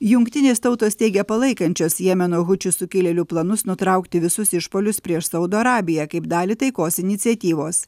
jungtinės tautos teigia palaikančios jemeno hučių sukilėlių planus nutraukti visus išpuolius prieš saudo arabiją kaip dalį taikos iniciatyvos